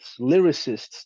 lyricists